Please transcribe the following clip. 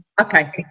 Okay